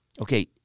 okay